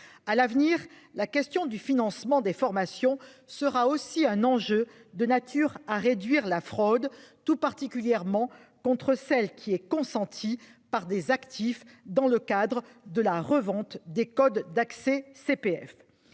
à l'avenir. La question du financement des formations sera aussi un enjeu de nature à réduire la fraude tout particulièrement contre celle qui est consenti par des actifs dans le cadre de la revente des codes d'accès CPF.